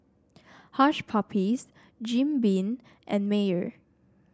Hush Puppies Jim Beam and Mayer